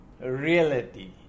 reality